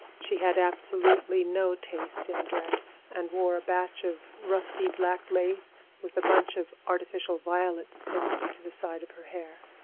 she had absolutely no taste in dress, and wore a batch of rusty black lace with a bunch of artificial violets pinned to the side of her hair.